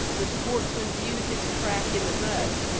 the sportsmen viewed his track in the mud,